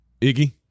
Iggy